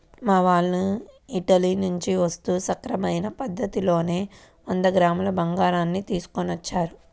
మా వాళ్ళు ఇటలీ నుంచి వస్తూ సక్రమమైన పద్ధతిలోనే వంద గ్రాముల బంగారాన్ని తీసుకొచ్చారు